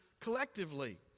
collectively